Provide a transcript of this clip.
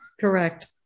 Correct